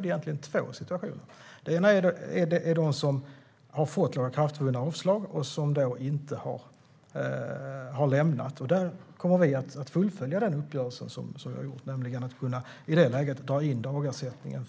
Det ena handlar om dem som har fått lagakraftvunna avslag och inte lämnat landet. Där kommer vi att fullfölja uppgörelsen som vi har gjort, nämligen att i det läget dra in dagersättningen